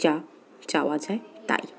যা চাওয়া যায় তাই